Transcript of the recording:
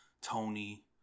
Tony